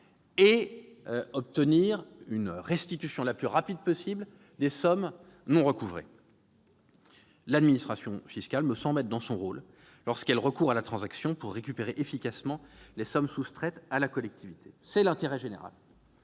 et d'obtenir une restitution la plus rapide possible des sommes non recouvrées. L'administration fiscale me semble donc dans son rôle lorsqu'elle recourt à la transaction pour récupérer efficacement les sommes soustraites à la collectivité. Là est l'intérêt général.